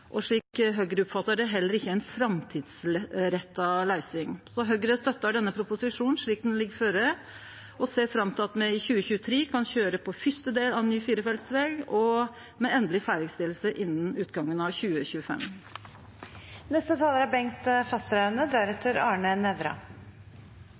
for. Slik Høgre oppfattar det, er det heller ikkje ei framtidsretta løysing. Høgre støttar denne proposisjonen slik han ligg føre, og ser fram til at me i 2023 kan køyre på fyrste del av ny firefelts veg og med endeleg ferdigstilling innan utgangen av 2025. Dette er